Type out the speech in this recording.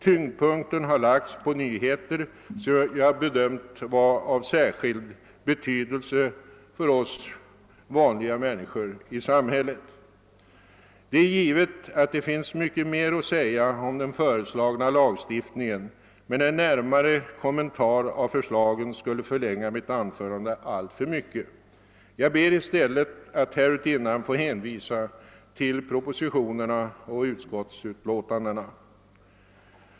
Tyngdpunkten har lagts på nyheter som jag bedömt vara av särskild betydelse för oss vanliga människor i samhället. Det är givet att det finns mycket mera att säga om den föreslagna lagstiftningen, men en närmare kommentar av förslagen skulle förlänga mitt anförande alltför mycket. Jag ber i stället att härutinnan få hänvisa till propositionerna och utskottsutlåtandena.